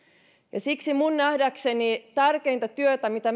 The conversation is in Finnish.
ja siksi minun nähdäkseni tärkeintä työtä mitä